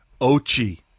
Ochi